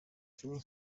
iki